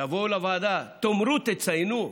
תבואו לוועדה, תאמרו, תציינו.